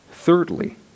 Thirdly